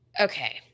Okay